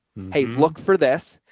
hey, look for this.